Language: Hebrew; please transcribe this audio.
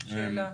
הערה.